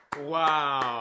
Wow